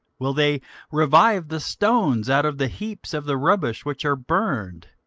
will they revive the stones out of the heaps of the rubbish which are burned?